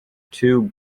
two